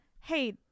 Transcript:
hey